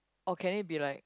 or can it be like